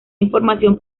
información